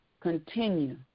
Continue